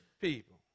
people